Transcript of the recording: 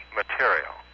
material